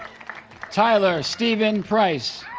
tyler steven price